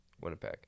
Winnipeg